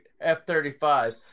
F-35